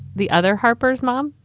the other harper's mom.